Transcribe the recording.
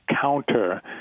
counter